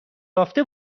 یافته